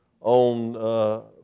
on